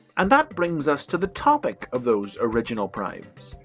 and that brings us to the topic of those original primes.